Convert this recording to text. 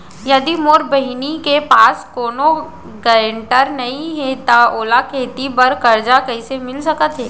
यदि मोर बहिनी के पास कोनो गरेंटेटर नई हे त ओला खेती बर कर्जा कईसे मिल सकत हे?